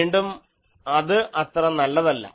വീണ്ടും അത് അത്ര നല്ലതല്ല